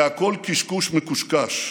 זה הכול קשקוש מקושקש.